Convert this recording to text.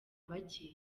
bake